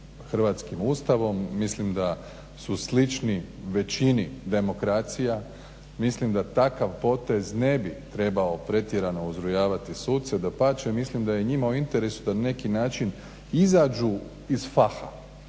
hrvatskim Ustavom. Mislim da su slični većini demokracija, mislim da takav potez ne bi trebao pretjerano uzrujavati suce, dapače mislim da je njima u interesu da na neki način izađu iz faha.